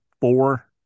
four